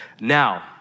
now